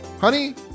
Honey